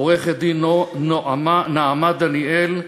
ועורכת-דין נעמה דניאל,